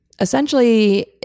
essentially